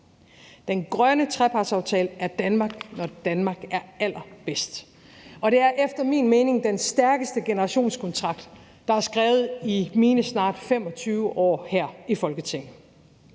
Den grønne trepartsaftale er Danmark, når Danmark er allerbedst, og det er efter min mening den stærkeste generationskontrakt, der er skrevet i mine snart 25 år her i Folketinget.